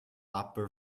upper